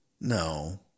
No